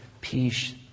peace